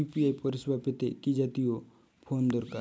UPI পরিসেবা পেতে কি জাতীয় ফোন দরকার?